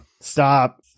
Stop